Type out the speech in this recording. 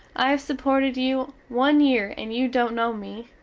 i have supported you one yere and you dont no me,